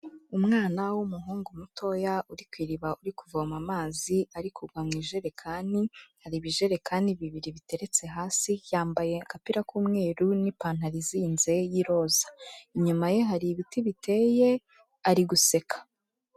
Umwana w'umuhungu mutoya uri ku iriba uri kuvoma amazi ari kugwa mu ijerekani, hari ibijerekani bibiri biteretse hasi, yambaye agapira k'umweru n'ipantaro izinze y'iroza. Inyuma ye hari ibiti biteye, ari guseka.